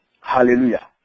Hallelujah